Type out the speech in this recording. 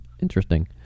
Interesting